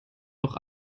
doch